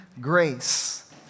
grace